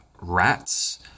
rats